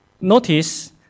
Notice